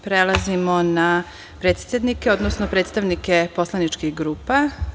Prelazimo na predsednike, odnosno predstavnike poslaničkih grupa.